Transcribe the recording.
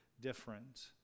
different